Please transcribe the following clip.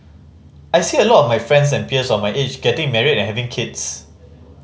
I see a lot of my friends and peers of my age getting married and having kids